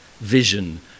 vision